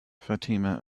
fatima